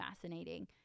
fascinating